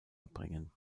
erbringen